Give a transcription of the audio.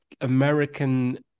american